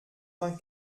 vingt